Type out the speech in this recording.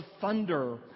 thunder